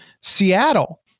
Seattle